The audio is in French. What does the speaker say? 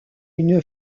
une